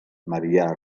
marià